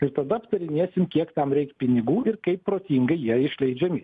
ir tada aptarinėsim kiek tam reikia pinigų ir kaip protingai jie išleidžiami